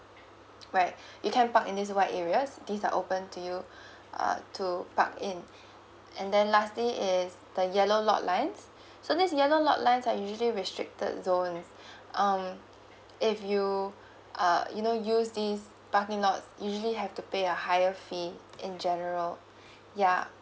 right you can park in these white areas these are open to you uh to park in and then lastly it's the yellow lot lines so these yellow lot lines are usually restricted zones um if you uh you know use these parking lots usually have to pay a higher fee in general yeah